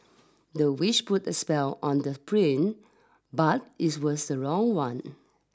the witch put a spell on the prince but it was the wrong one